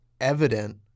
evident